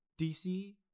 dc